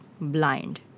Blind